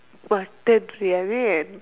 what time we end